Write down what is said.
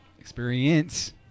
experience